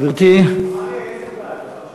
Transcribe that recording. גברתי, אריה, איזו ועדה?